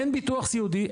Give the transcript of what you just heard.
אין ביטוח סיעודי,